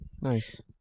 Nice